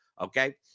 Okay